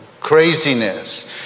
craziness